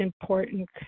important